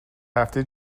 هفته